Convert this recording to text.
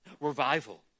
Revival